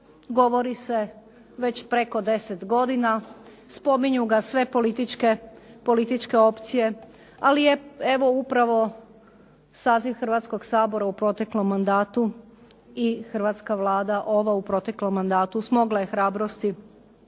govori se već preko 10 godina. Spominju ga sve političke opcije, ali je evo upravo saziv Hrvatskog sabora u proteklom mandatu i hrvatska Vlada ova u proteklom mandatu smogla je hrabrosti